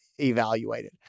evaluated